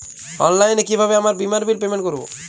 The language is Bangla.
অনলাইনে কিভাবে আমার বীমার বিল পেমেন্ট করবো?